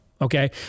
Okay